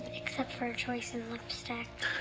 except for her choice in lipstick.